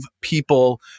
people